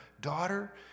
Daughter